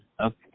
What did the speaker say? Okay